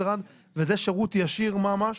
אלה עובדי משרד וזה שירות ישיר ממש.